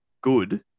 good